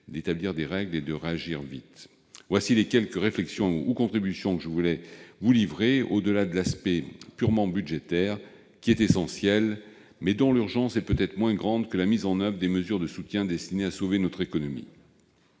établir des règles. Telles sont les quelques réflexions ou contributions que je voulais vous livrer, au-delà de l'aspect purement budgétaire, qui est essentiel, mais dont l'urgence est peut-être moins grande que la mise en oeuvre de mesures de soutien destinées à sauver notre économie.